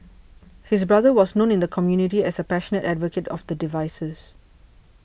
his brother was known in the community as a passionate advocate of the devices